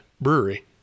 Brewery